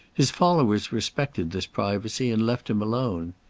his followers respected this privacy, and left him alone.